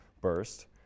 burst